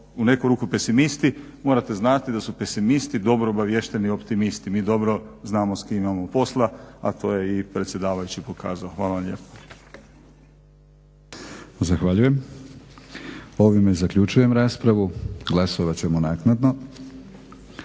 u neku ruku pesimisti, morate znati da su pesimisti dobro obaviješteni optimisti, mi dobro znamo s kim imamo posla, a to je i predsjedavajući pokazao. Hvala vam lijepo. **Batinić, Milorad (HNS)** Zahvaljujem. Ovime zaključujem raspravu. Glasovat ćemo naknadno.